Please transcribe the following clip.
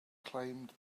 claimed